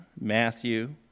Matthew